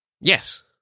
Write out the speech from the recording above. Yes